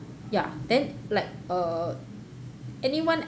ya then like uh anyone